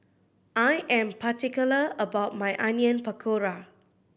I am particular about my Onion Pakora